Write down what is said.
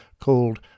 called